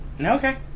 okay